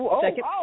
Second